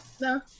no